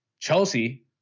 Chelsea